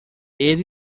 ele